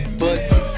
busty